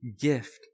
gift